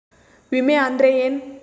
ವಿಮೆ ಅಂದ್ರೆ ಏನ?